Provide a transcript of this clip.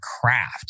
craft